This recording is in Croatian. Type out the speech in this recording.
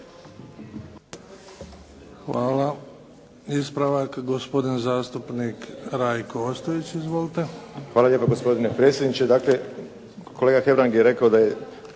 Hvala. Ispravak, gospodin zastupnik Rajko Ostojić. Izvolite. **Ostojić, Rajko (SDP)** Hvala lijepo gospodine predsjedniče. Dakle, kolega Hebrang je rekao da